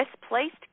misplaced